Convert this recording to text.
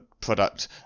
product